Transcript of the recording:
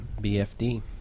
BFD